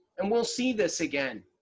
and we'll see this again.